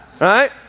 Right